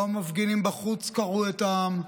לא מפגינים בחוץ קרעו את העם,